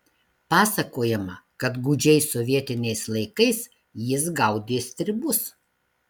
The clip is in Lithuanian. pasakojama kad gūdžiais sovietiniais laikais jis gaudė stribus